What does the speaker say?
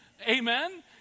Amen